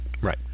Right